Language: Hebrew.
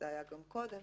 זה היה גם קודם